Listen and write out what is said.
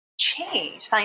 change